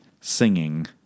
singing